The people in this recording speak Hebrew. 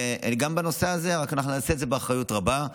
וגם בנושא הזה, אנחנו רק נעשה את זה באחריות רבה.